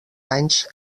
anys